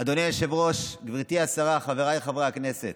אדוני היושב-ראש, גברתי השרה, חבריי חברי הכנסת,